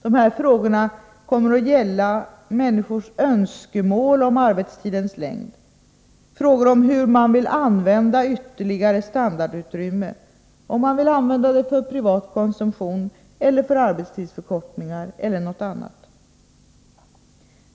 Dessa frågor kommer att gälla människors önskemål om arbetstidens längd, frågor om hur man vill använda ett ytterligare standardutrymme -— för privat konsumtion eller för arbetstidsförkortningar eller för något annat.